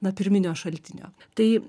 na pirminio šaltinio tai